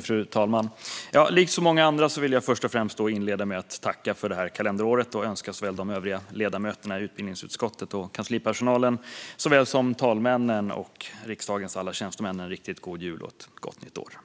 Fru talman! Likt så många andra vill jag inleda med att tacka för det här kalenderåret och önska de övriga ledamöterna i utbildningsutskottet och kanslipersonalen såväl som talmännen och riksdagens alla tjänstemän en riktigt god jul och ett gott nytt år.